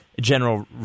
general